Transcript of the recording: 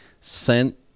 sent